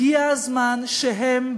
הגיע הזמן שהם,